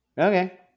Okay